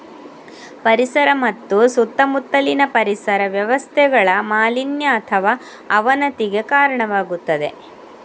ಪರಿಸರ ಮತ್ತು ಸುತ್ತಮುತ್ತಲಿನ ಪರಿಸರ ವ್ಯವಸ್ಥೆಗಳ ಮಾಲಿನ್ಯ ಅಥವಾ ಅವನತಿಗೆ ಕಾರಣವಾಗುತ್ತದೆ